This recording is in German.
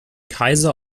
kaiser